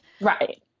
Right